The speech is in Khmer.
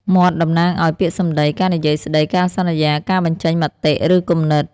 មាត់ តំណាងឱ្យ ពាក្យសម្ដី ការនិយាយស្ដី ការសន្យា ការបញ្ចេញមតិ ឬគំនិត។